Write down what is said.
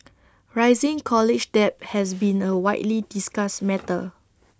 rising college debt has been A widely discussed matter